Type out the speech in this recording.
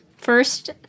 first